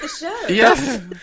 Yes